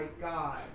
God